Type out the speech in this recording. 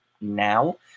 now